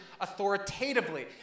authoritatively